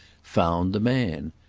found the man.